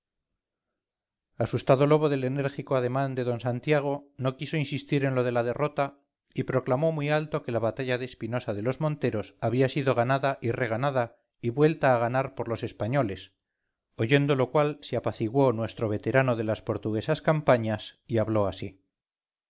asustado lobo del enérgico ademán de don santiago no quiso insistir en lo de la derrota y proclamó muy alto que la batalla de espinosa de los monteros había sido ganada y reganada y vuelta a ganar por los españoles oyendo lo cual se apaciguó nuestro veterano de las portuguesas campañas y habló así